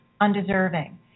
undeserving